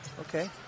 Okay